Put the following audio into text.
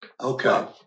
Okay